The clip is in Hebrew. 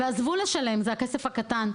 עזבו לשלם, זה הכסף הקטן.